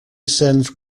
sends